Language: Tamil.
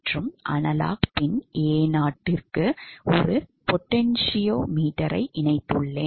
மற்றும் அனலாக் பின் A0 க்கு ஒரு பொட்டென சியோமீட்டரை இணைத்துள்ளேன்